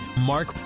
Mark